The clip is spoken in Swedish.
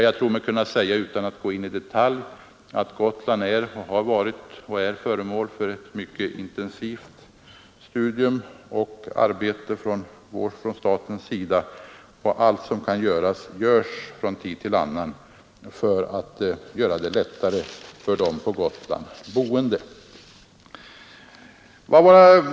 Jag tror mig kunna säga utan att gå in i detalj att Gotland varit och är föremål för mycket intensivt studium och arbete från statens sida, och allt som kan göras från tid till annan för att underlätta för dem som bor på Gotland görs också.